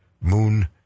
moon